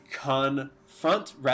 confront